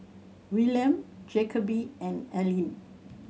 Willaim Jacoby and Alleen